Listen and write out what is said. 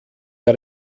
der